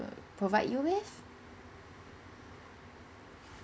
provide you with